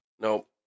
Nope